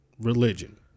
religion